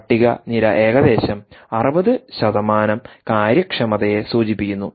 പട്ടിക നിര ഏകദേശം 60കാര്യക്ഷമതയെ സൂചിപ്പിക്കുന്നു